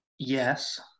Yes